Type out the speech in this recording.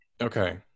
Okay